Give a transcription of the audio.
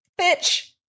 bitch